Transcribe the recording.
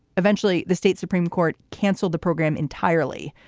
eventually, the state supreme court canceled the program entirely,